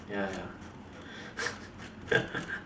ya ya